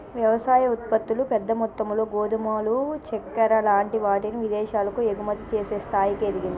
వ్యవసాయ ఉత్పత్తులు పెద్ద మొత్తములో గోధుమలు చెక్కర లాంటి వాటిని విదేశాలకు ఎగుమతి చేసే స్థాయికి ఎదిగింది